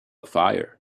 fire